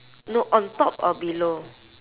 no on top or below